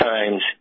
Times